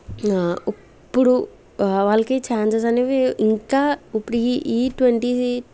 ఇప్పుడు వాళ్ళకి ఛాన్సెస్ అనేవి ఇంకా ఇప్పుడు ఈ ట్వంటీ